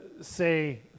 say